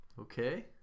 Okay